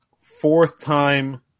fourth-time